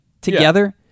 together